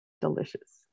delicious